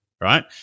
right